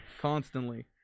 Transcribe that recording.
constantly